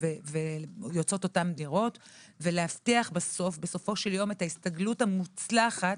ויוצאות אותן דירות ולהבטיח בסופו של יום את ההסתגלות המוצלחת